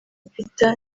peter